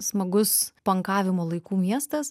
smagus pankavimo laikų miestas